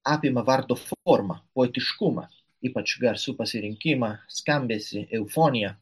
apima vardo formą poetiškumą ypač garsų pasirinkimą skambesį eufoniją